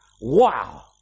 Wow